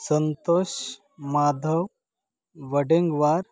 Santosh Madhav Wadengwar